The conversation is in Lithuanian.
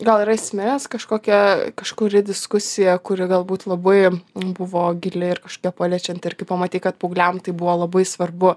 gal yra įsiminus kažkokia kažkuri diskusiją kuri galbūt labai buvo gili ir kažką paliečiant ir kai pamatei kad paaugliam tai buvo labai svarbu